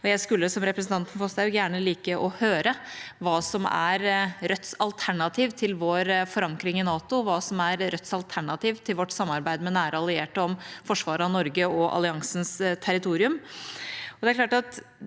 Og som representanten Foshaug skulle jeg gjerne like å høre hva som er Rødts alternativ til vår forankring i NATO, og hva som er Rødts alternativ til vårt samarbeid med nære allierte om forsvaret av Norge og alliansens territorium.